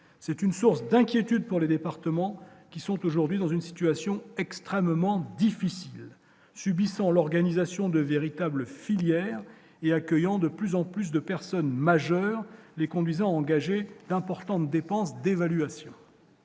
c'est une source d'inquiétude pour les départements qui sont aujourd'hui dans une situation extrêmement difficile, subissant l'organisation de véritables filières et accueillant de plus en plus de personnes majeures, les conduisant engagé d'importantes dépenses d'évaluation